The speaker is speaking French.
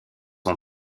ont